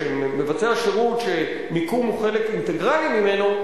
שמבצע שירות שמיקום הוא חלק אינטגרלי ממנו,